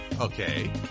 Okay